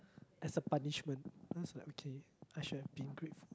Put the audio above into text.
as a punishment then I was like okay I should have been grateful